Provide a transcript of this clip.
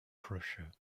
prussia